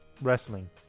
wrestling